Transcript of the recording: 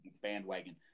bandwagon